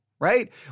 right